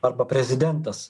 arba prezidentas